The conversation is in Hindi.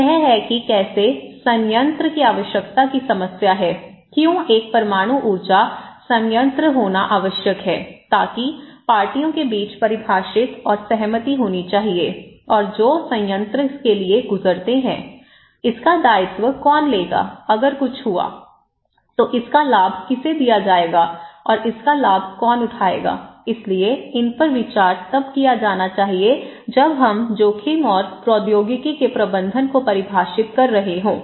तो यह है कि कैसे संयंत्र की आवश्यकता की समस्या है क्यों एक परमाणु ऊर्जा संयंत्र होना आवश्यक है ताकि पार्टियों के बीच परिभाषित और सहमति होनी चाहिए और जो संयंत्र के लिए गुजरते हैं इसका दायित्व कौन लेगा अगर कुछ हुआ तो इसका लाभ किसे दिया जाएगा और इसका लाभ कौन उठाएगा इसलिए इन पर विचार तब किया जाना चाहिए जब हम जोखिम और प्रौद्योगिकी के प्रबंधन को परिभाषित कर रहे हों